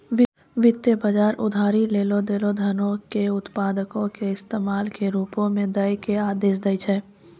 वित्त बजार उधारी लेलो गेलो धनो के उत्पादको के इस्तेमाल के रुपो मे दै के आदेश दै छै